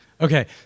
okay